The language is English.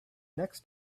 next